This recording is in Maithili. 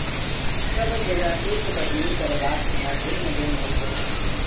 सभ जजतिक कटनी करबाक समय भिन्न भिन्न होइत अछि